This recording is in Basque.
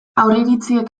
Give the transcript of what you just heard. aurreiritziek